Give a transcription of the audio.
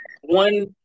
one